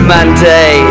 Monday